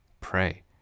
pray